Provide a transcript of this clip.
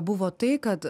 buvo tai kad